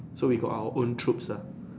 so we got our own troops ah